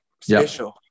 special